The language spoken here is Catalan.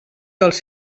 dels